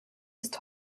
ist